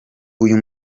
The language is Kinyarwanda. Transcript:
uyu